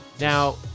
Now